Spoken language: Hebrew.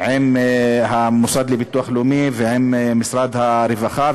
עם המוסד לביטוח לאומי ועם משרד הרווחה,